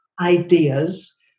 ideas